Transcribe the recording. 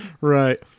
Right